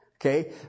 okay